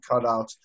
cutouts